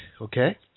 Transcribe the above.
okay